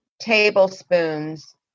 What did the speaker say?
tablespoons